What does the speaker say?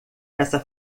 essa